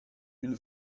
une